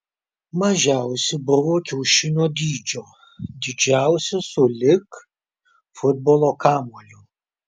mažiausi buvo kiaušinio dydžio didžiausi sulig futbolo kamuoliu